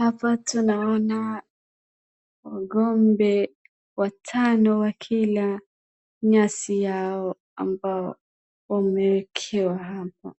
Hapa tunaona ng'ombe watano wakila nyasi yao ambayo wameekewa hapo